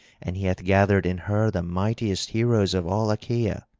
and he hath gathered in her the mightiest heroes of all achaea,